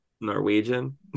Norwegian